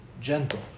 Gentle